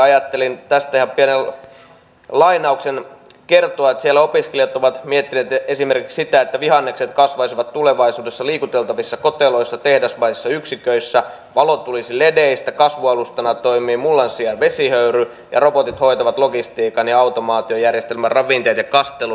ajattelin tässä kertoa että siellä opiskelijat ovat miettineet esimerkiksi sitä että vihannekset kasvaisivat tulevaisuudessa liikuteltavissa koteloissa tehdasmaisissa yksiköissä valo tulisi ledeistä kasvualustana toimii mullan sijaan vesihöyry ja robotit hoitavat logistiikan ja automaatiojärjestelmä ravinteet ja kastelun